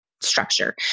structure